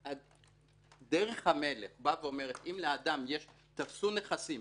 דרך המלך אומרת: אם לאדם תפסו נכסים,